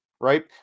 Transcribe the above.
right